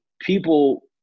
people